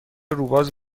روباز